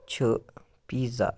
چھُ پیٖزا